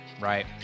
right